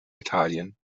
italien